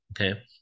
okay